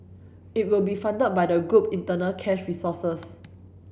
it will be funded by the group internal cash resources